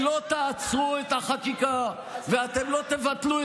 חבר הכנסת יאיר לפיד אליי לחדר בתום ההצבעה כדי שאנחנו נוכל לדבר.